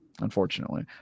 unfortunately